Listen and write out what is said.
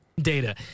Data